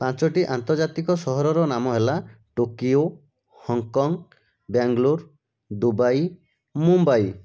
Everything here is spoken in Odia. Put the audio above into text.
ପାଞ୍ଚୋଟି ଆନ୍ତର୍ଜାତିକ ସହରର ନାମ ହେଲା ଟୋକିଓ ହଂକଂ ବେଙ୍ଗଲୋର ଦୁବାଇ ମୁମ୍ବାଇ